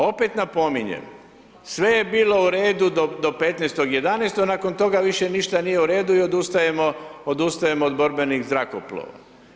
Opet napominjem sve je bilo u redu do 15.11., nakon toga više ništa nije u redu i odustajemo, odustajemo od borbenih zrakoplova.